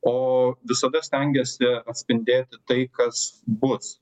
o visada stengiasi atspindėti tai kas bus